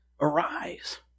arise